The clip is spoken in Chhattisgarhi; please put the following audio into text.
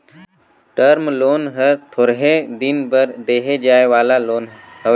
टर्म लोन हर थोरहें दिन बर देहे जाए वाला लोन हवे